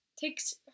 takes